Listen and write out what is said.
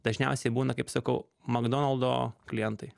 dažniausiai būna kaip sakau makdonaldo klientai